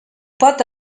pot